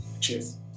Cheers